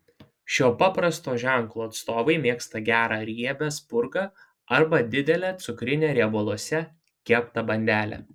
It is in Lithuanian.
šio paprasto ženklo atstovai mėgsta gerą riebią spurgą arba didelę cukrinę riebaluose keptą bandelę